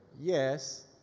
Yes